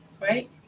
right